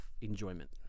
enjoyment